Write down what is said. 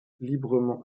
librement